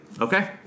Okay